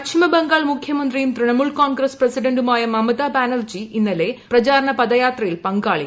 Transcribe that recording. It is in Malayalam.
പശ്ചിമബംഗാൾ മുഖ്യമന്ത്രിയും തൃണമൂൽ കോൺഗ്രസ്സ് പ്രസിഡന്റുമായ മമതാ ബാനർജി ഇന്നലെ പ്രചാരണ പദയാത്രയിൽ പങ്കാളിയായി